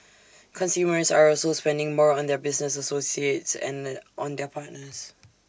consumers are also spending more on their business associates and on their partners